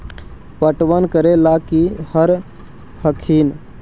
पटबन करे ला की कर हखिन?